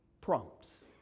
prompts